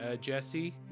Jesse